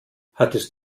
hattest